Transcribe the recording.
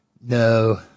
No